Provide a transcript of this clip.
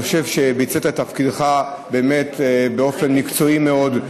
אני חושב שביצעת את תפקידך באמת באופן מקצועי מאוד,